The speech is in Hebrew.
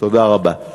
תודה רבה.